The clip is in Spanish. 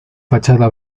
fachada